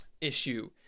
issue